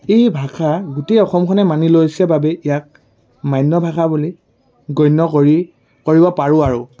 এই ভাষা গোটেই অসমখনে মানি লৈছে বাবে ইয়াক মান্য ভাষা বুলি গণ্য কৰি কৰিব পাৰোঁ আৰু